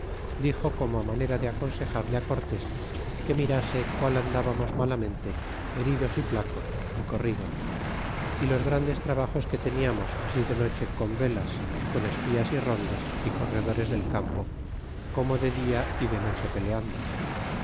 dixo como manera de aconsejarle cortés que mirase qual andábamos malamente heridos y flacos y corridos y los grandes trabajos que teniamos así de noche con velas y con espías y rondas y corredores del campo como de dia é de noche peleando